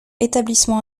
établissements